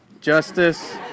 Justice